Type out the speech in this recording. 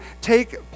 take